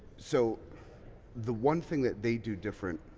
so the one thing that they do different